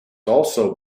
also